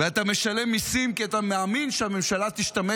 אתה משלם מיסים כי אתה מאמין שהממשלה תשתמש